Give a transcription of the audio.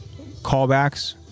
callbacks